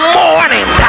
morning